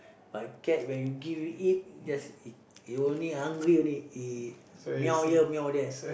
but cat when you give you eat just eat he only hungry only eat meow here meow there